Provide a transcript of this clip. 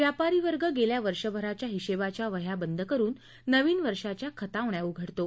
व्यापारी वर्ग गेल्या वर्षभराच्या हिशेबाच्या वह्या बंद करुन नवीन वर्षाच्या खतावण्या उघडतो